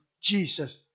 Jesus